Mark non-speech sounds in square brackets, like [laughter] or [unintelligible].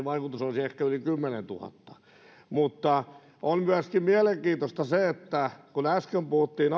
[unintelligible] vaikutus olisi ehkä yli kymmenentuhatta on myöskin mielenkiintoista se että kun äsken puhuttiin [unintelligible]